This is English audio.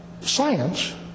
science